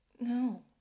no